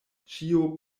ĉio